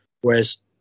Whereas